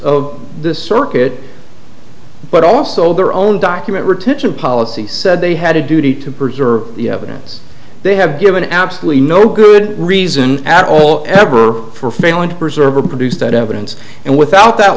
of the circuit but also their own document retention policy said they had a duty to preserve the evidence they have given absolutely no good reason at all ever for failing to preserve or produce that evidence and without that